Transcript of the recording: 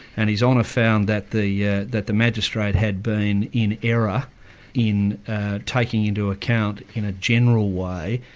and his honour found that the yeah that the magistrate had been in error in taking into account in a general way,